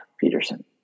Peterson